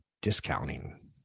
discounting